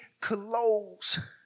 close